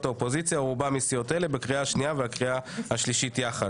האופוזיציה או רובם מסיעות אלה בקריאה השנייה והשלישית יחד.